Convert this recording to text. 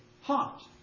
hot